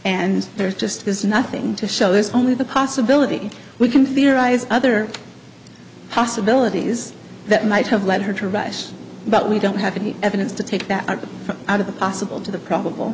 and there's just there's nothing to show there's only the possibility we can theorize other possibilities that might have led her to rash but we don't have any evidence to take that out of the possible to the probable